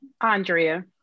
Andrea